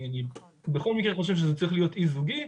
אני בכל מקרה חושב שזה צריך להיות אי זוגי,